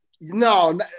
No